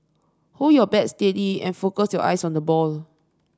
hold your bat steady and focus your eyes on the ball